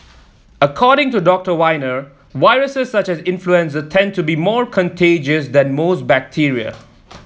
according to Doctor Wiener viruses such as influenza tend to be more contagious than most bacteria